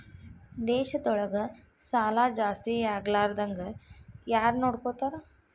ದೇಶದೊಳಗ ಸಾಲಾ ಜಾಸ್ತಿಯಾಗ್ಲಾರ್ದಂಗ್ ಯಾರ್ನೊಡ್ಕೊತಾರ?